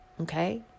okay